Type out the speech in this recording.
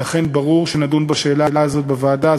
ולכן ברור שנדון בשאלה הזאת בוועדה.